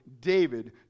David